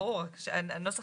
ברור, רק שהנוסח